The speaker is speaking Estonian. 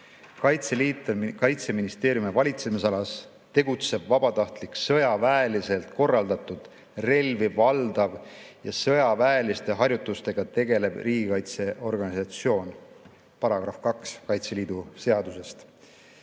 "Kaitseliit on Kaitseministeeriumi valitsemisalas tegutsev vabatahtlik, sõjaväeliselt korraldatud, relvi valdav ja sõjaväeliste harjutustega tegelev riigikaitseorganisatsioon." See on § 2 Kaitseliidu seaduses.